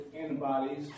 antibodies